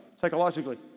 psychologically